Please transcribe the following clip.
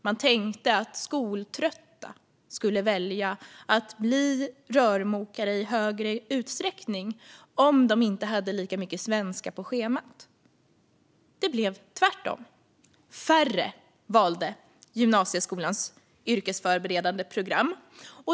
Man tänkte att skoltrötta i större utsträckning skulle välja att bli rörmokare om de inte hade lika mycket svenska på schemat. Det blev tvärtom. Färre valde gymnasieskolans yrkesförberedande program.